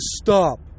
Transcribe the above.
stop